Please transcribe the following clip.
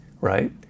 Right